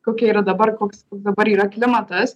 kokia yra dabar koks dabar yra klimatas